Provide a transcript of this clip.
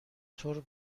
طور